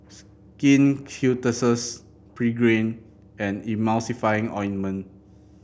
Skin Ceuticals Pregain and Emulsying Ointment